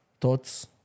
Thoughts